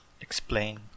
Explain